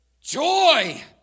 Joy